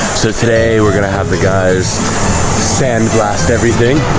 so today, we're going to have the guys sandblast everything